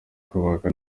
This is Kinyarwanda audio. kubaka